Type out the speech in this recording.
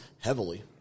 heavily